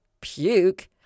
puke